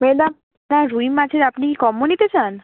madam রুই মাছের আপনি কম্বো নিতে চান